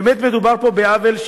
באמת מדובר פה בעוול,